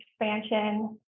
expansion